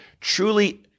truly